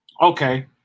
Okay